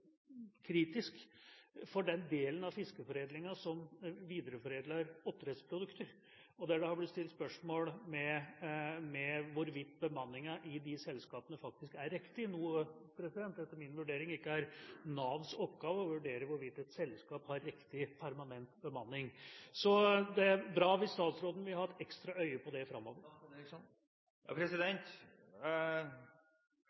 kritisk for den delen av fiskeforedlinga som videreforedler oppdrettsprodukter, og der det har blitt stilt spørsmål ved hvorvidt bemanninga i de selskapene faktisk er riktig. Det er etter min vurdering ikke Navs oppgave å vurdere hvorvidt et selskap har riktig, permanent bemanning, så det er bra hvis statsråden vil ha et ekstra øye på det framover.